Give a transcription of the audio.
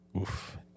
Oof